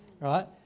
right